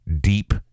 deep